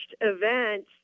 event